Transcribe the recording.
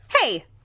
Hey